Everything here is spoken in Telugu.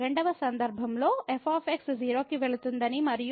2 వ సందర్భంలో f 0 కి వెళుతుందని మరియు ఈ g 0 కి వెళుతుంది